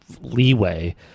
leeway